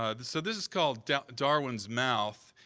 ah so, this is called darwin's mouth,